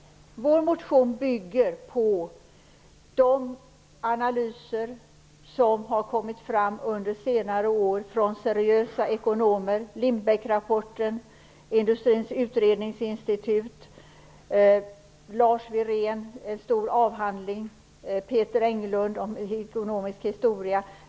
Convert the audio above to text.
Men vår motion bygger på de analyser som har kommit fram under senare år från seriösa ekonomer. Vi har Lindbäck-rapporten, Industrins utredningsinstitut, Lars Wiréns stora avhandling, Peter Englunds ekonomiska historia.